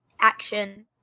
action